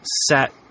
set